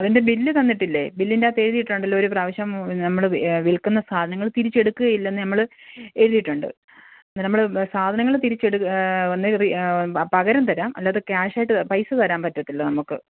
അതിന്റെ ബില്ല് തന്നിട്ടില്ലേ ബില്ലിൻ്റെ അകത്ത് എഴുതിയിട്ടുണ്ടല്ലോ ഒരു പ്രാവശ്യം നമ്മള് വിൽക്കുന്ന സാധനങ്ങൾ തിരിച്ച് എടുക്കുകയില്ല എന്ന് നമ്മള് എഴുതിയിട്ടുണ്ട് നമ്മള് സാധനങ്ങൾ തിരിച്ചെടു ഒന്നെങ്കിൽ പകരം തരാം അല്ലാതെ ക്യാഷായിട്ട് പൈസ തരാൻ പറ്റത്തില്ല നമുക്ക്